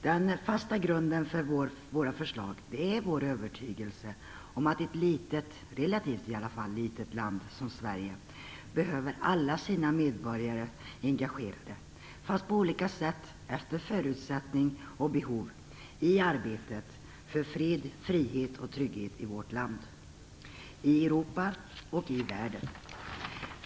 Den fasta grunden för våra förslag är vår övertygelse om att ett relativt litet land som Sverige behöver ha alla sina medborgare engagerade, men på olika sätt alltefter förutsättningar och behov i arbetet för fred, frihet och trygghet i vårt land, i Europa och i världen.